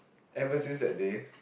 ever since that day